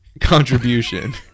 contribution